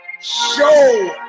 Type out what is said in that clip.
Show